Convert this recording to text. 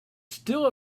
still